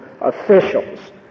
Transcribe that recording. officials